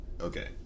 okay